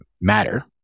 matter